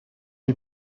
est